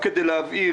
רק להבהיר.